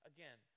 Again